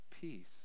peace